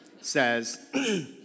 says